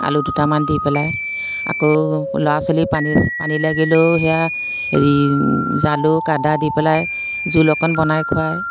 আলু দুটামান দি পেলাই আকৌ ল'ৰা ছোৱালীৰ পানী পানী লাগিলেও সেয়া হেৰি জালুক আদা দি পেলাই জোল অকণ বনাই খুৱায়